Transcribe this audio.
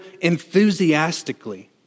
enthusiastically